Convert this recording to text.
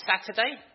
Saturday